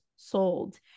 Sold